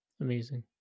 amazing